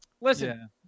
Listen